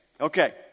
Okay